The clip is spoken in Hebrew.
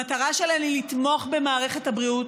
המטרה שלהן היא לתמוך במערכת הבריאות